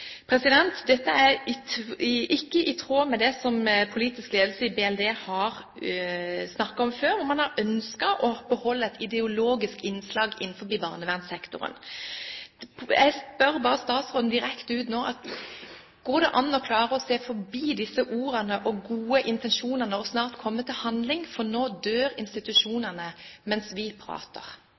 Dette er ikke i tråd med det som politisk ledelse i Barne-, likestillings- og inkluderingsdepartementet har snakket om før. Man har ønsket å beholde et ideologisk innslag innenfor barnevernssektoren. Jeg spør bare statsråden direkte: Går det an å klare å se forbi disse ordene og gode intensjonene og snart komme til handling, for nå dør institusjonene mens vi prater?